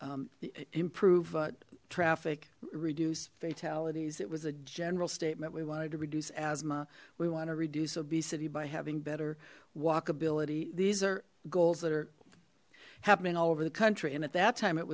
improve traffic reduce fatalities it was a general statement we wanted to reduce asthma we want to reduce obesity by having better walkability these are goals that are happening all over the country and at that time it